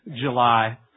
July